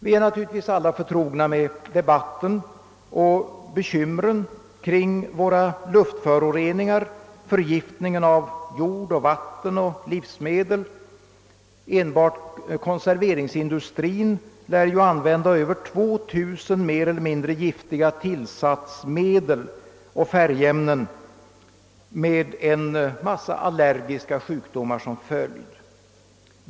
Vi är alla förtrogna med debatten och bekymren kring luftföroreningarna, förgiftningen av jord och vatten och livsmedel. Enbart konserveringsindustrin lär använda över 2 000 mer eller mindre giftiga tillsatsmedel och färgämnen med en mängd allergiska sjukdomar som följd.